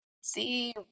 see